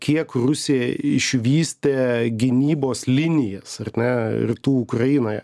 kiek rusija išvystė gynybos linijas ar ne rytų ukrainoje